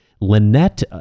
Lynette